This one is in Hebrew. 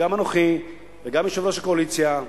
גם אנוכי וגם יושב-ראש הקואליציה,